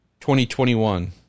2021